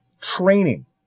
training